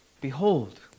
Behold